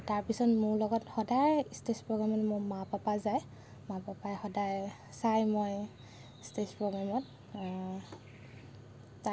তাৰপিছত সদায় মোৰ ষ্টেজ প্ৰগেমত মোৰ মা পাপা যায় মা পাপাই সদায় চায় মই ষ্টেজ প্ৰগেমত